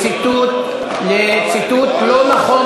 חבר הכנסת ליפמן מבקש להתייחס לציטוט לא נכון,